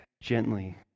gently